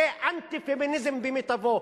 זה אנטי-פמיניזם במיטבו,